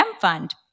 Fund